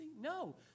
No